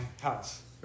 house